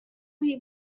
jej